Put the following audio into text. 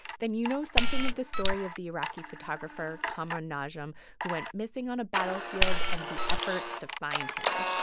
then you know something of the story of the iraqi photographer kamaran najm, who went missing on a battlefield and the efforts to find him.